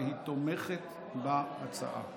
והיא תומכת בהצעה,